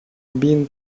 been